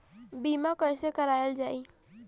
बीमा कैसे कराएल जाइ?